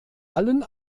allen